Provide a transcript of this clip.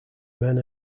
men